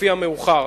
לפי המאוחר.